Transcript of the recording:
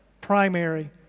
primary